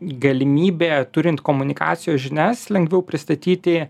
galimybė turint komunikacijos žinias lengviau pristatyti